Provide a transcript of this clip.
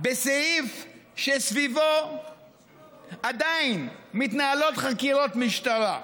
בסעיף שסביבו עדיין מתנהלות חקירות משטרה.